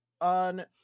on